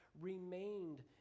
remained